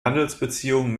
handelsbeziehungen